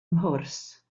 mhwrs